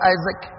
Isaac